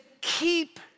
keep